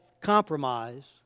compromise